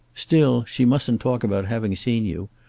still, she mustn't talk about having seen you.